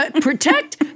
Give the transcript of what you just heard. protect